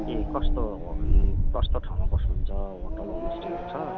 ए कस्तो कस्तो ठाउँमा बस्नुहुन्छ होटेल होमस्टेहरू छ